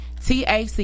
TAC